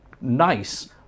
nice